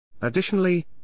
Additionally